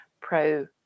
pro